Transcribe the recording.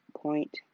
point